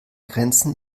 grenzen